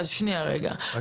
את